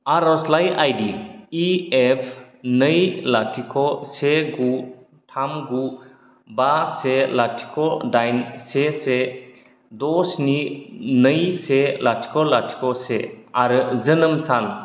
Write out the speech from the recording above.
आरजलाइ आइडिइएफ नै लाथिख' से गु थाम गु बा से लाथिख' दाइन से से द' स्नि नै से लाथिख' लाथिख' से आरो जोनोम सान